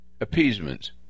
appeasement